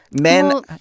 Men